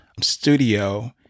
studio